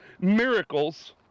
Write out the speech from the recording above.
miracles